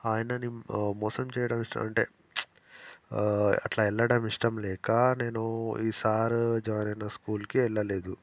ఆయనని మోసం చేయడం ఇష్టం అంటే అట్లా వెళ్ళడం ఇష్టం లేక నేను ఈ సారు జాయిన్ అయిన స్కూల్కే వెళ్ళలేదు